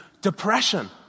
depression